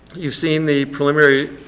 you've seen the preliminary